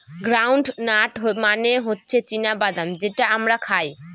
ground nut মানে হচ্ছে চীনা বাদাম যেটা আমরা খাই